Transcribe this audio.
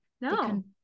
no